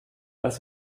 als